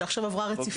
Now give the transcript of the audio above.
שעברה עכשיו רציפות,